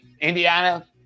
Indiana